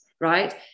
right